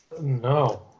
No